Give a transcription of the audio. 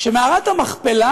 שמערת המכפלה